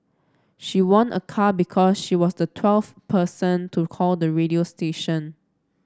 she won a car because she was the twelfth person to call the radio station